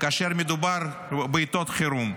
כאשר מדובר בעיתות חירום,